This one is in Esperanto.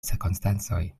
cirkonstancoj